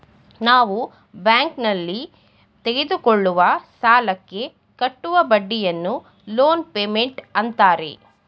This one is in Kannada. ನಾವು ಬ್ಯಾಂಕ್ನಲ್ಲಿ ತೆಗೆದುಕೊಳ್ಳುವ ಸಾಲಕ್ಕೆ ಕಟ್ಟುವ ಬಡ್ಡಿಯನ್ನು ಲೋನ್ ಪೇಮೆಂಟ್ ಅಂತಾರೆ